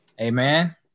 Amen